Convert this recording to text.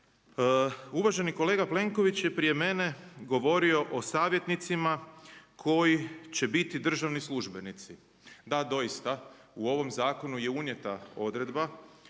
Uvaženi kolega Plenković je prije mene govorio o savjetnicima koji će biti državni službenici. Da, doista u ovom zakonu je unijeta odredba,